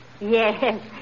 Yes